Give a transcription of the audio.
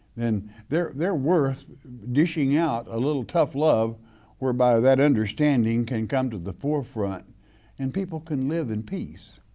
then they're they're worth dishing out a little tough love whereby that understanding can come to the forefront and people can live in peace.